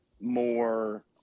more